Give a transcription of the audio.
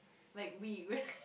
like regret